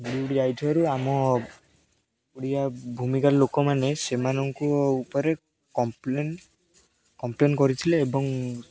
ଦଡ଼ି ଯାଇଥିବାରୁ ଆମ ଓଡ଼ିଆ ଭୂମିକା ଲୋକମାନେ ସେମାନଙ୍କ ଉପରେ କମ୍ପ୍ଲେନ୍ କମ୍ପ୍ଲେନ୍ କରିଥିଲେ ଏବଂ